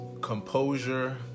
composure